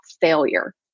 failure